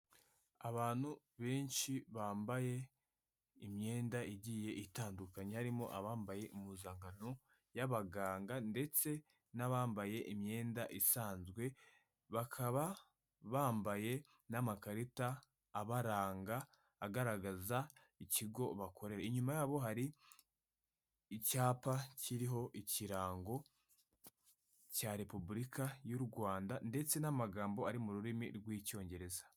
Abantu benshi bambaye imyenda igiye itandukanye, harimo abambaye impuzankano y'abaganga ndetse n'abambaye imyenda isanzwe, bakaba bambaye n'amakarita abaranga, agaragaza ikigo bakorera, inyuma yabo hari icyapa kiriho ikirango cya repubulika y'u Rwanda ndetse n'amagambo ari mu rurimi rw'icyongereza.